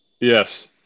Yes